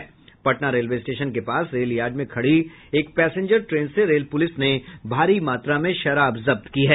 Patna railway station के पास rail yard में खड़ी एक पैसेंजर ट्रेन से रेल पुलिस ने भारी मात्रा में शराब जब्त की है